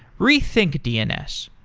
rethink dns,